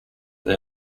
they